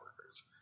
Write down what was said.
workers